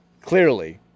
clearly